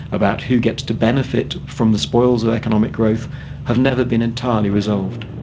about who gets to benefit from the spoils of economic growth have never been entirely resolved.